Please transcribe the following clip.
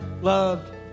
loved